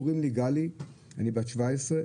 קוראים לי גלי אני בת 17,